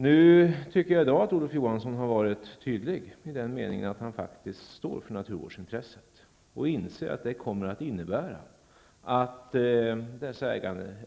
Nu tycker jag i dag att Olof Johansson har varit tydlig i den meningen att han faktiskt står för naturvårdsintresset och inser att det kommer att innebära att